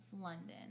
London